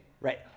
Right